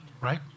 Right